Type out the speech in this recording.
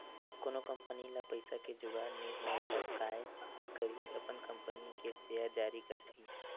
कोनो कंपनी ल पइसा के जुगाड़ नइ होवय त काय करही अपन कंपनी के सेयर जारी करही